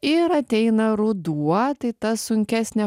ir ateina ruduo tai ta sunkesnė